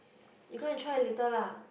you go and try later lah